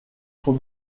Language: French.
son